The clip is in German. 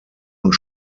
und